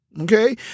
okay